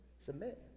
Submit